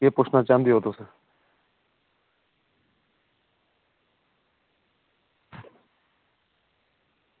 केह् पुच्छना चाहंदे ओ तुस